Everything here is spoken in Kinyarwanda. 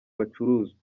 bacuruzwa